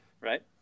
right